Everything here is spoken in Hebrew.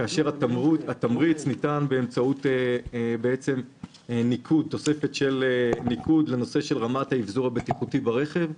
כאשר התמריץ ניתן באמצעות תוספת של ניקוד לרמת האבזור הבטיחותי ברכב.